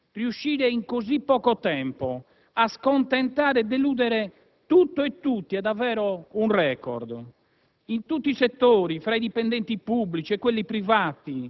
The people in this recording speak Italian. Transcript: Il processo di riequilibrio avviato dal presidente Berlusconi è stato totalmente azzerato per far posto alle vostre logiche clientelari. D'altronde, colleghi,